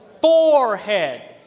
Forehead